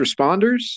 responders